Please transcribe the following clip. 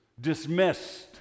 Dismissed